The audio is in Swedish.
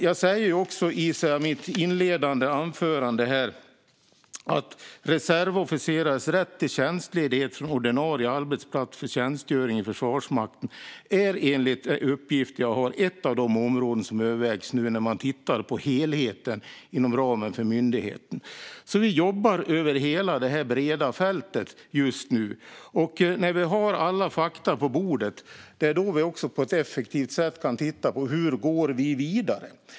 Jag säger dock också i mitt inledande anförande att reservofficerares rätt till tjänstledighet från ordinarie arbetsplats för tjänstgöring i Försvarsmakten är, enligt de uppgifter jag har, ett av de områden som övervägs nu när man tittar på helheten inom ramen för myndigheten. Vi jobbar alltså över hela detta breda fält just nu. När vi har alla fakta på bordet kan vi på ett effektivt sätt titta på hur vi går vidare.